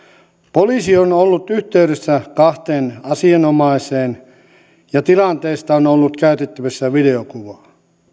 poliisi on ollut yhteydessä kahteen asianosaiseen ja tilanteesta on ollut käytettävissä videokuvaa